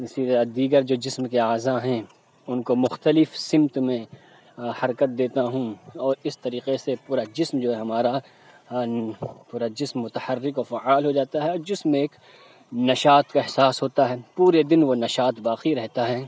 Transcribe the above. اسی طرح دیگر جو جسم کے اعضا ہیں ان کو مختلف سمت میں حرکت دیتا ہوں اور اس طریقے سے پورا جسم جو ہے ہمارا پورا جسم متحرک اور فعال ہو جاتا ہے اور جسم میں ایک نشاط کا احساس ہوتا ہے پورے دن وہ نشاط باقی رہتا ہے